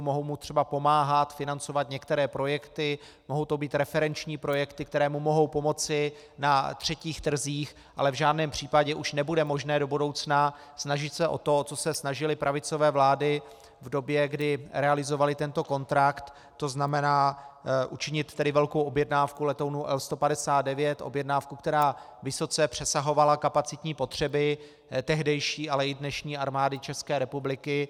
Mohou mu třeba pomáhat financovat některé projekty, mohou to být referenční projekty, které mu mohou pomoci na třetích trzích, ale v žádném případě už nebude možné do budoucna snažit se o to, o co se snažily pravicové vlády v době, kdy realizovaly tento kontrakt, to znamená učinit tedy velkou objednávku letounů L159, objednávku, která vysoce přesahovala kapacitní potřeby tehdejší, ale i dnešní Armády České republiky.